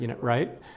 Right